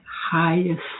highest